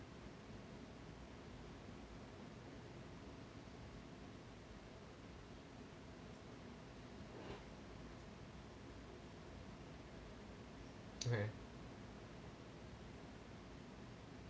okay